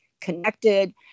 connected